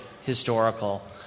historical